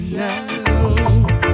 now